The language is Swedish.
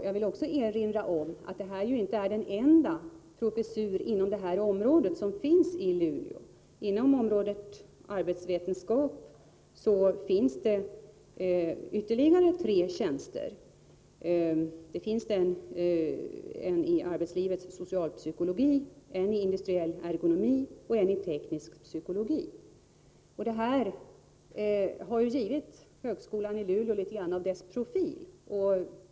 Jag vill också erinra om att detta inte är den enda professur inom området som finns i Luleå. Inom området arbetsvetenskap finns det ytterligare tre tjänster — en i arbetslivets socialpsykologi, en i industriell ergonomi och en i teknisk psykologi. Detta har givit högskolan i Luleå litet av dess profil.